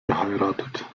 geheiratet